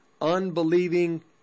unbelieving